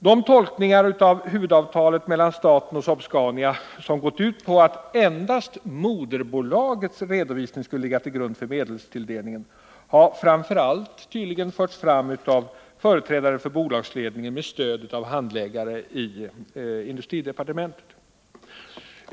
De tolkningar av huvudavtalet mellan staten och Saab-Scania, som gått ut på att endast moderbolagets redovisning skulle ligga till grund för medelstilldelningen, har framför allt förts fram av företrädare för bolagsledningen med stöd av handläggare på industridepartementet.